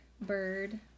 bird